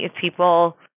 people